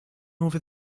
over